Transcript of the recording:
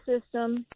system